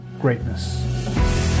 greatness